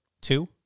two